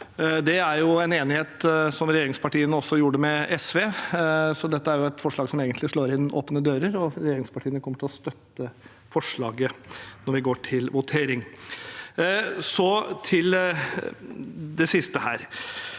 Det er jo en enighet som regjeringspartiene også kom til med SV, så dette er et forslag som egentlig slår inn åpne dører, og regjeringspartiene kommer til å støtte forslaget når vi går til votering. Så til det siste her: